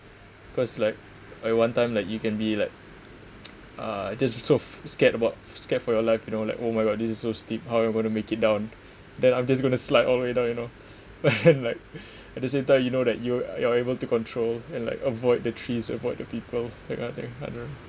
cause like at one time like you can be like uh just so scared about scared for your life you know like oh my god this is so steep how am I'm going to make it down then I'm just going to slide all the way down you know and then like at the same time you know that you you're able to control and like avoid the trees avoid the people that kind of thing I don't know